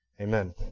amen